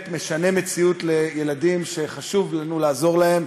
משנה מציאות לילדים שחשוב לנו לעזור להם.